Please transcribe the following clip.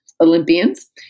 olympians